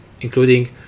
including